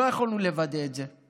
לא יכולנו לוודא את זה,